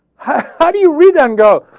how do you read that and go,